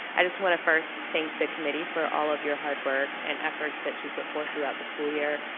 i just wanna first thank the committee for all of your hard work and efforts that you put forth throughout the school year.